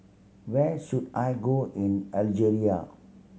where should I go in Algeria